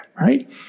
Right